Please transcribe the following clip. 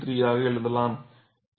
393 ஆக எழுதலாம்